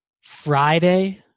Friday